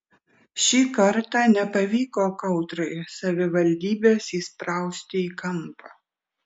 šį kartą nepavyko kautrai savivaldybės įsprausti į kampą